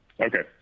Okay